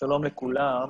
שלום לכולם.